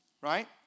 right